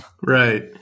Right